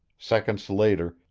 seconds later,